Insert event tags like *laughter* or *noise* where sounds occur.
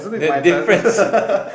the difference *laughs*